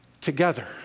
together